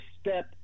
Step